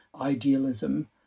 idealism